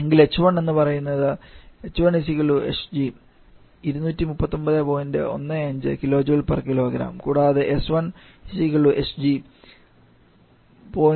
എങ്കിൽ h1 എന്ന് പറയുന്നത് കൂടാതെ h1 hg|PE 239